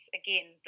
again